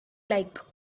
like